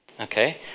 Okay